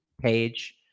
page